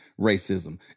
racism